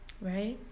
Right